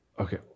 okay